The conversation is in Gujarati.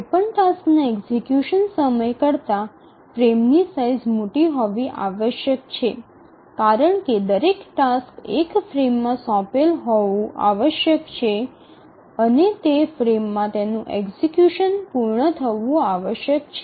કોઈપણ ટાસ્કના એક્ઝિકયુશન સમય કરતા ફ્રેમની સાઇઝ મોટી હોવી આવશ્યક છે કારણ કે દરેક ટાસ્ક એક ફ્રેમમાં સોંપેલ હોવું આવશ્યક છે અને તે ફ્રેમમાં તેનું એક્ઝિકયુશન પૂર્ણ થવું આવશ્યક છે